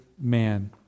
man